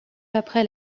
après